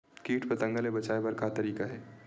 कीट पंतगा ले बचाय बर का तरीका हे?